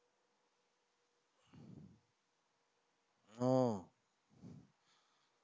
oh